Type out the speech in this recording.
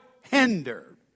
hinder